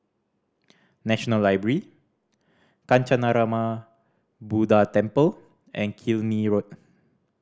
National Library Kancanarama Buddha Temple and Killiney Road